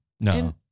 No